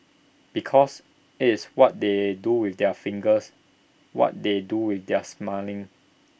because IT is what they do with their fingers what they do with their smelling